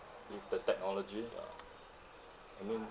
with the technology ah I mean